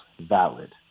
valid